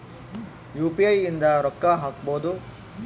UPI ಇಂದ ರೊಕ್ಕ ಹಕ್ಬೋದು